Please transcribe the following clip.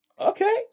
okay